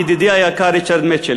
ידידי היקר ריצ'רד מיטשל,